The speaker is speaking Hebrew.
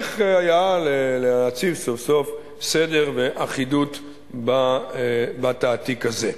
וצריך להציב סוף-סוף סדר ואחידות בתעתיק הזה.